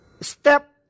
step